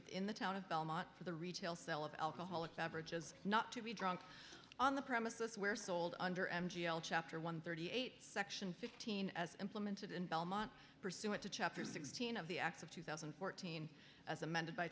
within the town of belmont for the retail sale of alcoholic beverages not to be drunk on the premises where sold under m t l chapter one thirty eight section fifteen as implemented in belmont pursuant to chapter sixteen of the acts of two thousand and fourteen as amended by